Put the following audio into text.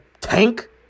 Tank